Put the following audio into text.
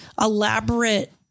elaborate